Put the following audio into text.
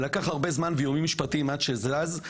לקח הרבה זמן ואיומים משפטיים עד שזה זז,